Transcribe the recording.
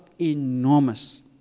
enormous